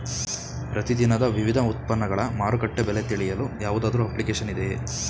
ಪ್ರತಿ ದಿನದ ವಿವಿಧ ಉತ್ಪನ್ನಗಳ ಮಾರುಕಟ್ಟೆ ಬೆಲೆ ತಿಳಿಯಲು ಯಾವುದಾದರು ಅಪ್ಲಿಕೇಶನ್ ಇದೆಯೇ?